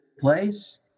place